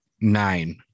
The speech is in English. nine